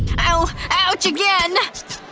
ouch ouch again